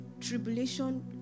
tribulation